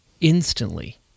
instantly